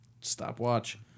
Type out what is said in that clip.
stopwatch